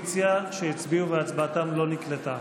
שהצביעו והצבעתם לא נקלטה?